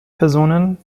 personen